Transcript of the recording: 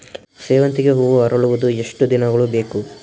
ಸೇವಂತಿಗೆ ಹೂವು ಅರಳುವುದು ಎಷ್ಟು ದಿನಗಳು ಬೇಕು?